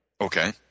Okay